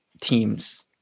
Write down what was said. teams